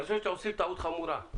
אתם עושים טעות חמורה.